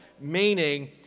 meaning